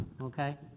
Okay